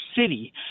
City